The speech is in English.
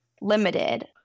limited